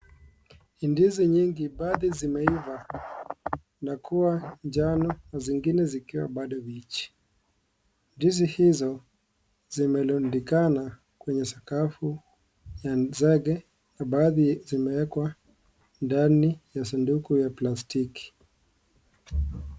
Ndizi nyingi, baadhi zimeiva na kuwa njano na zingine zikiwa bado mbichi. Ndizi hizo zimerundikana kwenye sakafu ya zege na baadhi zimewekwa ndani ya sanduku ya plastiki.